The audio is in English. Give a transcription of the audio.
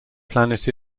planet